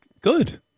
good